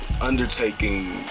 undertaking